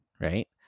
Right